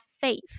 faith